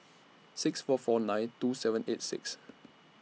six four four nine two seven eight six